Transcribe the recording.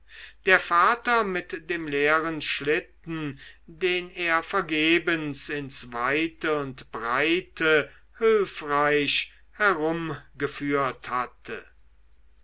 der vater mit dem leeren schlitten den er vergebens ins weite und breite hülfreich herumgeführt hatte